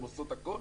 הן עושות הכול.